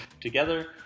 Together